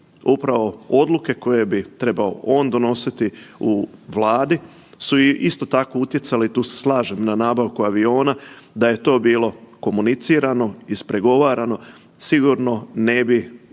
Upravo odluke koje bi trebao on donositi u Vladi su isto tako utjecale i tu se slažem na nabavku aviona, da je to bilo komunicirano, ispregovarano sigurno ne bi